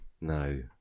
No